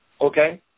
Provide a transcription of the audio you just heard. okay